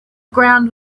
ground